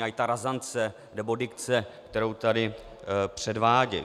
A i ta razance nebo dikce, kterou tady předvádí.